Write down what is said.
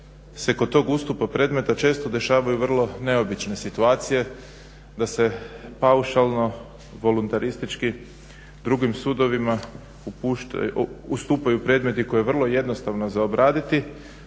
se kod ustupnog predmeta često dešavaju vrlo neobične situacije, da se paušalno voluntaristički drugim sudovima ustupaju predmeti koje je vrlo jednostavno za obraditi